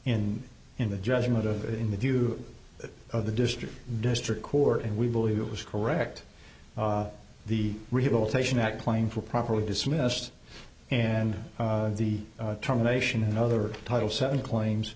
in in the judgment of in the view of the district district court and we believe it was correct the rehabilitation act playing for properly dismissed and the termination and other title seven claims